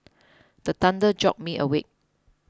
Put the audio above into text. the thunder jolt me awake